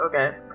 Okay